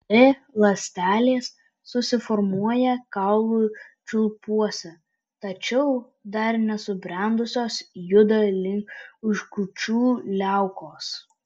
t ląstelės susiformuoja kaulų čiulpuose tačiau dar nesubrendusios juda link užkrūčio liaukos